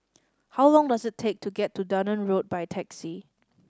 how long does it take to get to Dunearn Road by taxi